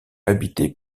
habité